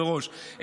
אני אומר מראש,